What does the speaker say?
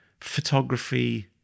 photography